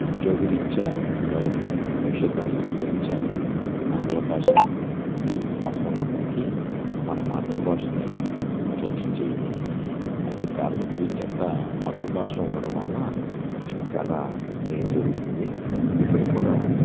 ఉద్యోగ రీత్యా పిల్లలకు భవిష్యత్ అవసరాల రీత్యా ఆంగ్ల భాష హిందీ అవసరం ఉన్నప్పటికీ మన మాతృభాషని నిర్లక్ష్యం చేయకూడదు అయితే ప్రాథమిక విద్యంతా మాతృభాషలో ఉండడం వలన చాలా మేలు జరుగుతుంది ఇప్పటికి కూడా